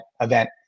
event